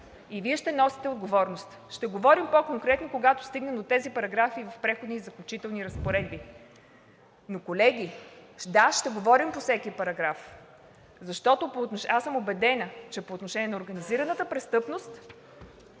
и Вие ще носите отговорност! Ще говорим по-конкретно, когато стигнем до тези параграфи, в Преходните и заключителните разпоредби. Да, ще говорим по всеки параграф, защото съм убедена, че по отношение на организираната престъпност